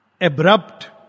Abrupt